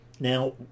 Now